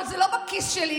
אבל זה לא בכיס שלי,